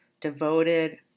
devoted